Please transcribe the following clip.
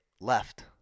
left